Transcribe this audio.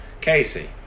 Casey